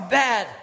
bad